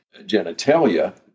genitalia